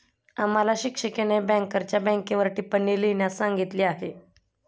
आम्हाला शिक्षिकेने बँकरच्या बँकेवर टिप्पणी लिहिण्यास सांगितली आहे